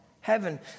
heaven